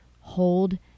hold